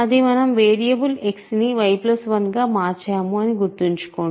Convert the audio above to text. అది మనం variable X ని y1 గా మార్చాము అని గుర్తుంచుకోండి